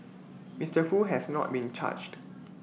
Mister Foo has not been charged